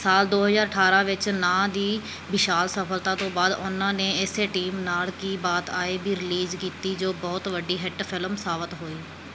ਸਾਲ ਦੋ ਹਜ਼ਾਰ ਅਠਾਰਾਂ ਵਿੱਚ ਨਾਂਹ ਦੀ ਵਿਸ਼ਾਲ ਸਫ਼ਲਤਾ ਤੋਂ ਬਾਅਦ ਉਹਨਾਂ ਨੇ ਇਸੇ ਟੀਮ ਨਾਲ ਕੀ ਬਾਤ ਆਏ ਵੀ ਰਿਲੀਜ਼ ਕੀਤੀ ਜੋ ਬਹੁਤ ਵੱਡੀ ਹਿੱਟ ਫ਼ਿਲਮ ਸਾਬਤ ਹੋਈ